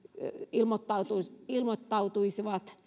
ilmoittautuisivat ilmoittautuisivat